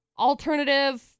alternative